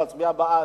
להצביע בעד,